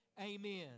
Amen